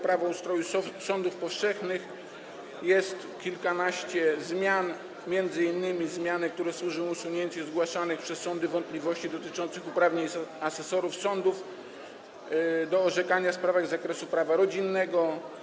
Prawo o ustroju sądów powszechnych jest kilkanaście zmian, m.in. zmiany, które służą usunięciu zgłaszanych przez sądy wątpliwości dotyczących uprawnień asesorów sądów do orzekania w sprawach z zakresu prawa rodzinnego.